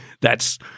that's-